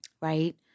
right